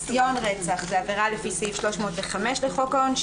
"ניסיון לרצח" עבירה לפי סעיף 305 לחוק העונשין,